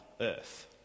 earth